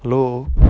hello